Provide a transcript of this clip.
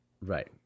Right